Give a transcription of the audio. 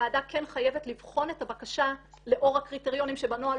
הוועדה כן חייבת לבחון את הבקשה לאור הקריטריונים שבנוהל,